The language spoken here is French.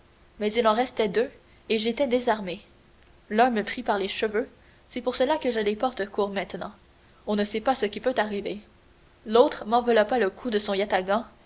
mais il en restait deux et j'étais désarmé l'un me prit par les cheveux c'est pour cela que je les porte courts maintenant on ne sait pas ce qui peut arriver l'autre m'enveloppa le cou de son yatagan